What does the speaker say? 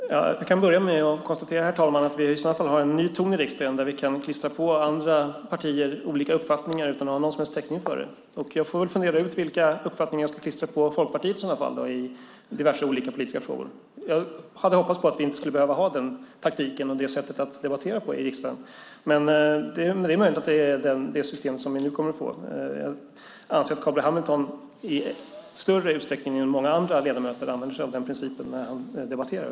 Herr talman! Jag kan börja med att konstatera att vi nu har en ton i riksdagen där vi kan klistra på andra partier olika uppfattningar utan att ha någon som helst täckning för det. Jag får fundera ut vilka uppfattningar jag ska klistra på Folkpartiet i diverse olika politiska frågor. Jag hade hoppats att vi inte skulle behöva använda den taktiken och det sättet att debattera på i riksdagen, men det är möjligt att det är det systemet som vi nu kommer att få. Jag anser att Carl B Hamilton i större utsträckning än många andra ledamöter använder sig av den principen när han debatterar.